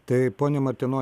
tai ponia martinoniene